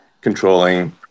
controlling